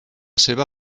seva